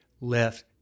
left